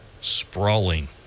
sprawling